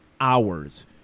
hours